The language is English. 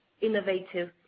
innovative